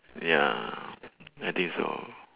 ya I think so